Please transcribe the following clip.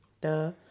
Duh